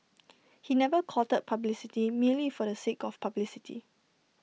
he never courted publicity merely for the sake of publicity